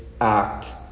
act